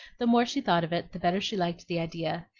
the more she thought of it, the better she liked the idea,